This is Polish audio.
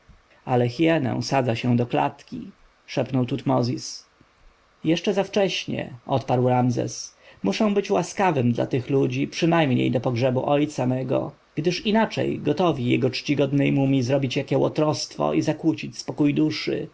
ale hienę sadza się do klatki szepnął tutmozis jeszcze za wcześnie odparł ramzes muszę być łaskawym dla tych ludzi przynajmniej do pogrzebu ojca mego gdyż inaczej gotowi jego czcigodnej mumji zrobić jakie łotrostwo i zakłócić spokój duszy